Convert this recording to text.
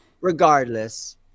regardless